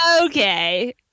Okay